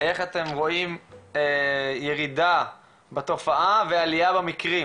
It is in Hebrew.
איך אתם רואים ירידה בתופעה ועלייה במקרים,